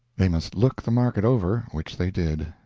they must look the market over which they did.